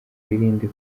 wirinde